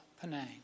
Penang